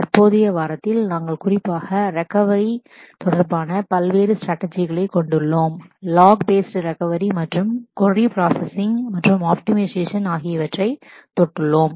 தற்போதைய வாரத்தில் நாங்கள் குறிப்பாக ரெக்கவரி உடன் தொடர்பான பல்வேறு ஸ்ட்ராடஜிகளை கொண்டுள்ளோம் லாக் பேஸ்ட் ரெக்கவரி மற்றும் கொரி பிராஸஸிங் மற்றும் ஆப்டிமைசேஷன் ஆகியவற்றைத் தொட்டுள்ளோம்